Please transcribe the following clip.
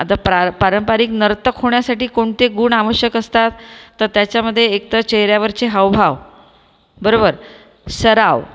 आता प्रार पारंपरिक नर्तक होण्यासाठी कोणते गुण आवश्यक असतात तर त्याच्यामध्ये एकतर चेहऱ्यावरचे हावभाव बरोबर सराव